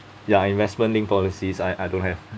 ya investment linked policies I I don't have